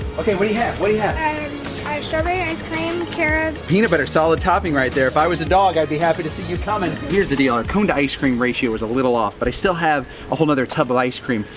okay what do you have, what do you have? i have strawberry ice-cream, carob. peanut butter, solid topping right there. but i was a dog, i'd be happy to see you comin'. here's the deal, our cone to ice-cream ratio is a little off but i still have a whole another tub of ice-cream.